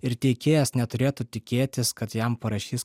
ir teikėjas neturėtų tikėtis kad jam parašys